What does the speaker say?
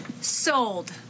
Sold